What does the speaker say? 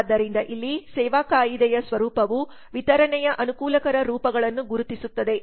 ಆದ್ದರಿಂದ ಇಲ್ಲಿ ಸೇವಾ ಕಾಯಿದೆಯ ಸ್ವರೂಪವು ವಿತರಣೆಯ ಅನುಕೂಲಕರ ರೂಪಗಳನ್ನು ಗುರುತಿಸುತ್ತದೆ